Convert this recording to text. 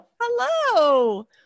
Hello